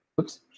Oops